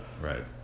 Right